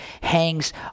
hangs